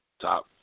top